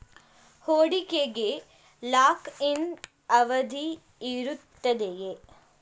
ಹೂಡಿಕೆಗೆ lock in ಅವಧಿ ಇರುತ್ತದೆಯೇ?